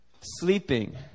sleeping